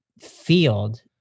field